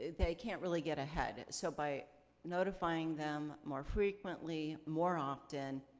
they can't really get ahead. so by notifying them more frequently, more often,